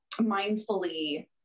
mindfully